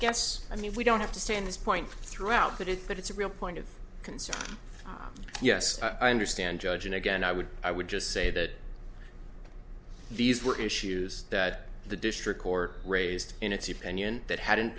guess i mean we don't have to stand this point throughout but it but it's a real point of concern yes i understand judge and again i would i would just say that these were issues that the district court raised in its opinion that hadn't